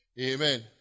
Amen